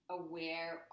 aware